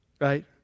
right